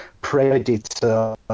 Predator